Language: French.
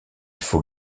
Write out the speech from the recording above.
faut